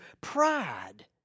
pride